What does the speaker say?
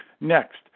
Next